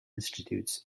institutes